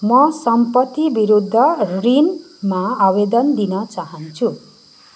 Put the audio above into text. म सम्पत्ति विरुद्ध ऋणमा आवेदन दिन चाहन्छु